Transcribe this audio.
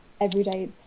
everyday